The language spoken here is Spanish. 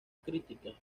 críticas